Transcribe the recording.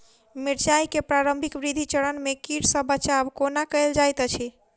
मिर्चाय केँ प्रारंभिक वृद्धि चरण मे कीट सँ बचाब कोना कैल जाइत अछि?